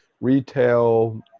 retail